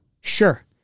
Sure